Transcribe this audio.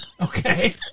Okay